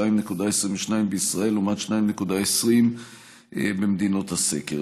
2.22 בישראל לעומת 2.20 במדינות הסקר.